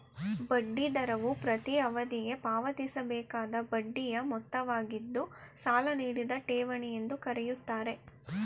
ಬಡ್ಡಿ ದರವು ಪ್ರತೀ ಅವಧಿಗೆ ಪಾವತಿಸಬೇಕಾದ ಬಡ್ಡಿಯ ಮೊತ್ತವಾಗಿದ್ದು ಸಾಲ ನೀಡಿದ ಠೇವಣಿ ಎಂದು ಕರೆಯುತ್ತಾರೆ